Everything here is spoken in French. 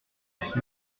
trente